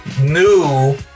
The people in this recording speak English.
new